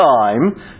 time